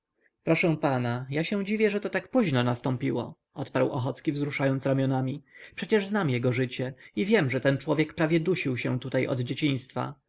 proszę pana ja się dziwię że to tak późno nastąpiło odparł ochocki wzruszając ramionami przecież znam jego życie i wiem że ten człowiek prawie dusił się tutaj od dzieciństwa